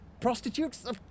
prostitutes